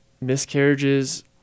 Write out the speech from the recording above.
miscarriages